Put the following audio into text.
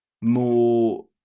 more